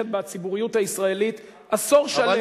זו תופעה שנמשכת בציבוריות הישראלית עשור שלם.